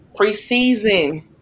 Preseason